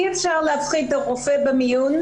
אי אפשר להפחיד את הרופא במיון,